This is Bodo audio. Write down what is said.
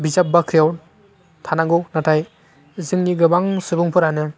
बिजाब बाख्रियाव थानांगौ नाथाइ जोंनि गोबां सुबुंफोरानो